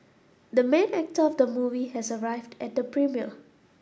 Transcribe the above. the main actor of the movie has arrived at the premiere